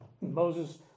Moses